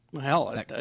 hell